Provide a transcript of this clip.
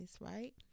right